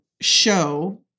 show